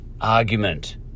argument